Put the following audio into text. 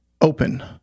open